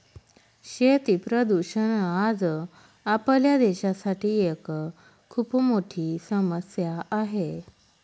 शेती प्रदूषण आज आपल्या देशासाठी एक खूप मोठी समस्या आहे